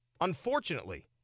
unfortunately